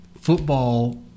football